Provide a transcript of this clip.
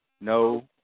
no